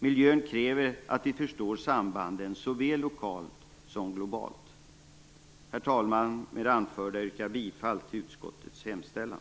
Miljön kräver att vi förstår sambanden, såväl lokalt som globalt. Herr talman! Med det anförda yrkar jag bifall till utskottets hemställan.